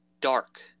dark